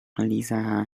liza